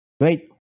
wait